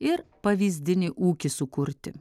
ir pavyzdinį ūkį sukurti